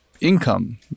income